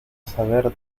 saber